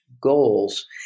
goals